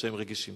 שהם רגישים.